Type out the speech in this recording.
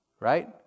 Right